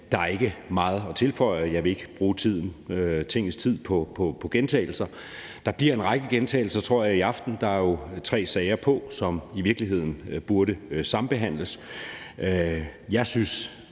Der er ikke meget at tilføje, og jeg vil ikke bruge Tingets tid på gentagelser. Der bliver en række gentagelser, tror jeg, i aften, der er jo tre sager på, som i virkeligheden burde sambehandles. Jeg og